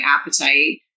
appetite